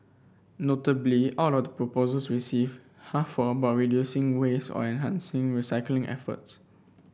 notably out of the proposals received half were about reducing waste or enhancing recycling efforts